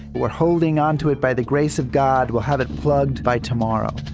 we're holding onto it by the grace of god we'll have it plugged by tomorrow.